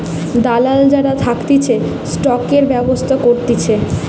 দালাল যারা থাকতিছে স্টকের ব্যবসা করতিছে